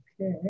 Okay